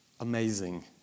amazing